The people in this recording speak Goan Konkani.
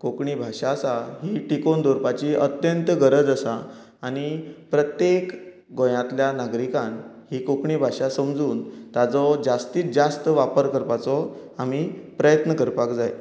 कोंकणी भाशा आसा ती टिकोवन दवरपाची अत्यंत गरज आसा आनी प्रत्येक गोंयांतल्या नागरिकान ही कोंकणी भाशा समजून ताजो जास्ती जास्त वापर करपाचो आमी प्रयत्न करपाक जाय